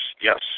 yes